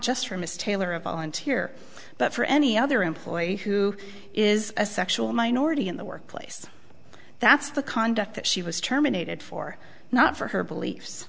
just for miss taylor a volunteer but for any other employee who is a sexual minority in the workplace that's the conduct that she was terminated for not for her beliefs